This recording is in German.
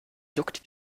juckt